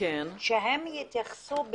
שהם יתייחסו,